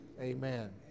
Amen